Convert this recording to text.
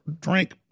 drink